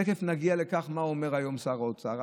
תכף נגיע למה שאומר היום שר האוצר,